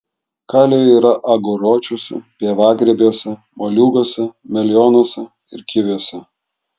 kalio yra aguročiuose pievagrybiuose moliūguose melionuose ir kiviuose